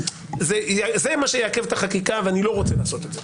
זה מה שיעכב את החקיקה ואני לא רוצה לעשות את זה.